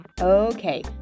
Okay